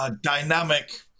dynamic